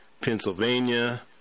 Pennsylvania